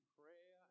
prayer